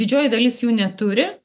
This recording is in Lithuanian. didžioji dalis jų neturi